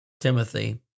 Timothy